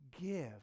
give